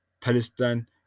Palestine